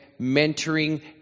mentoring